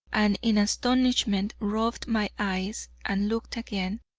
and in astonishment rubbed my eyes and looked again,